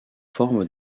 forme